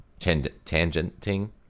tangenting